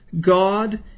God